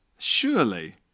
Surely